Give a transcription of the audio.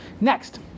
Next